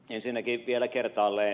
ensinnäkin vielä kertaalleen